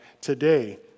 today